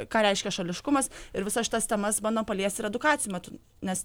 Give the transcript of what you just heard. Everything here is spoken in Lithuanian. ką reiškia šališkumas ir visas šitas temas bandom paliesti ir edukacijų metu nes